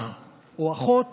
אח או אחות